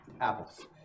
Apples